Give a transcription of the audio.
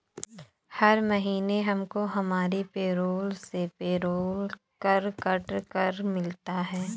हर महीने हमको हमारी पेरोल से पेरोल कर कट कर मिलता है